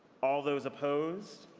all those opposed?